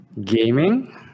Gaming